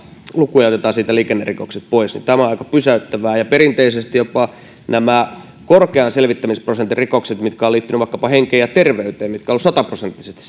lukuja ja otetaan siitä liikennerikokset pois ja tämä on aika pysäyttävää jopa nämä perinteisesti korkean selvittämisprosentin rikokset mitkä ovat liittyneet vaikkapa henkeen ja terveyteen ja mitkä on sataprosenttisesti